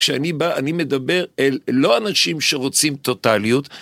כשאני בא אני מדבר אל לא אנשים שרוצים טוטליות.